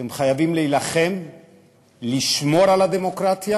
אתם חייבים להילחם לשמור על הדמוקרטיה